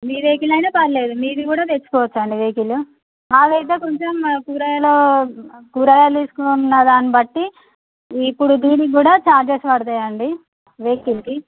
మీ vehicle అయినా పర్లేదు మీది కూడా తెచ్చుకోవచ్చండి వెహికిల్ మాదైతే కొంచెం కూరల్లో కూరగాయలు తీసుకున్న దాన్ని బట్టి ఇప్పుడు దీనిక్కూడా చార్జెస్ పడతాయండి వెహికిల్కి